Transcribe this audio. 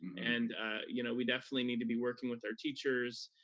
and you know we definitely need to be working with our teachers,